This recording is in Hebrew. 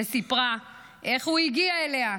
וסיפרה איך הוא הגיע אליה,